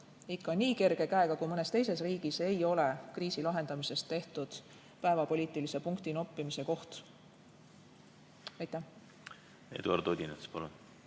Nii kerge käega kui mõnes teises riigis ei ole kriisi lahendamisest tehtud päevapoliitilise punktinoppimise kohta. Suur